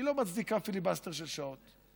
היא לא מצדיקה פיליבסטר של שעות,